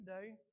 today